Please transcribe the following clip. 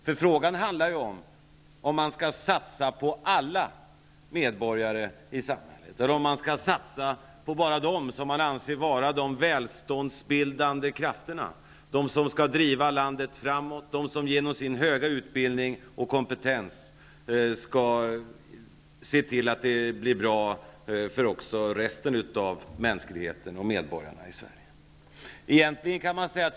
Frågan gäller om man skall satsa på alla medborgare i samhället, eller om man skall satsa bara på dem som man anser vara de välståndsbildande krafterna, de som skall driva landet framåt och genom sin höga utbildning och kompetens se till att det blir bra även för resten av mänskligheten och medborgarna i Sverige.